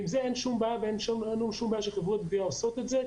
עם זה אין שום בעיה ואין לנו בעיה שחברות גבייה עושות את זה.